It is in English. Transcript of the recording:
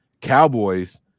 Cowboys